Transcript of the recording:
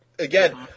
Again